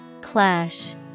Clash